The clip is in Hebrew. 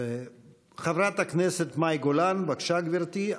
חברת הכנסת מאי גולן, בבקשה, גברתי.